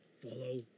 follow